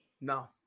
No